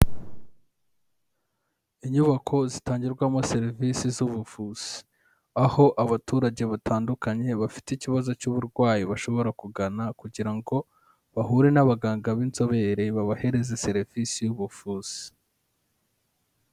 Inyubako zitangirwamo serivisi z'ubuvuzi, aho abaturage batandukanye bafite ikibazo cy'uburwayi bashobora kugana kugira ngo bahure n'abaganga b'inzobere babahereze serivisi y'ubuvuzi.